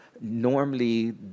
normally